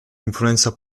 influenza